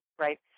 right